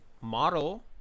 model